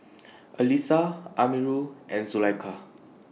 Alyssa Amirul and Zulaikha